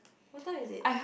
what time is it